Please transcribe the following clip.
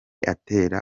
atera